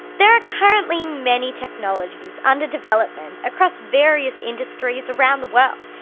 there are currently many technologies under development across various industries around the world,